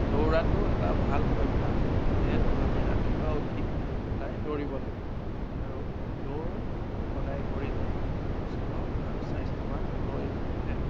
দৌৰাটো এটা ভাল অভ্যাস যিহেতু আমি ৰাতিপুৱা উঠি সদায় দৌৰিব লাগে আৰু দৌৰ সদায় কৰিলে সুস্থ আৰু স্বাস্থ্যৱান হৈ উঠে